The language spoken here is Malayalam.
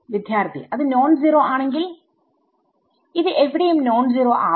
വിദ്യാർത്ഥി അത് നോൺ സീറോ ആണെങ്കിൽ ഇത് എവിടെയും നോൺ സീറോ ആവില്ല